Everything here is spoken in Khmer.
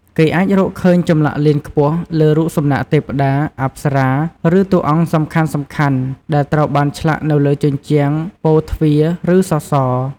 គេអាចរកឃើញចម្លាក់លៀនខ្ពស់លើរូបសំណាកទេពតា អប្សរា ឬតួអង្គសំខាន់ៗដែលត្រូវបានឆ្លាក់នៅលើជញ្ជាំង ពោធិ៍ទ្វារ ឬសសរ។